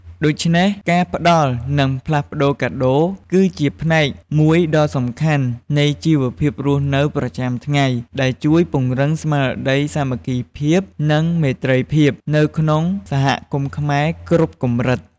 ដូច្នេះ ការផ្តល់និងផ្លាស់ប្ដូរកាដូរ គឺជាផ្នែកមួយដ៏សំខាន់នៃជីវភាពរស់នៅប្រចាំថ្ងៃ ដែលជួយពង្រឹងស្មារតីសាមគ្គីភាព និងមេត្រីភាពនៅក្នុងសហគមន៍ខ្មែរគ្រប់កម្រិត។